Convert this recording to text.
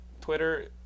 Twitter